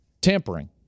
Tampering